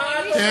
מה את אומרת,